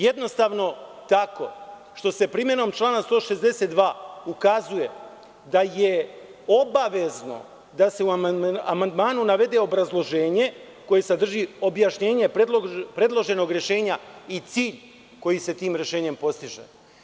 Jednostavno tako što se primenom člana 162. ukazuje da je obavezno da se u amandmanu navede obrazloženje koje sadrži objašnjenje predloženog rešenja i cilj koji se tim rešenjem postiže.